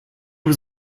was